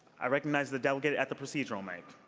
i recognize the delegate at the procedural mic.